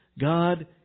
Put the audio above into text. God